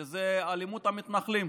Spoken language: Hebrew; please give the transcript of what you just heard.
וזה אלימות המתנחלים.